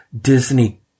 Disney